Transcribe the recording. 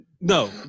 No